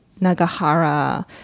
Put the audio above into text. Nagahara